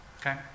Okay